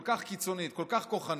כל כך קיצונית, כל כך כוחנית,